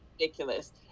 Ridiculous